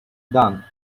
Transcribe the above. done